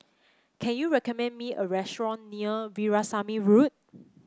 can you recommend me a restaurant near Veerasamy Road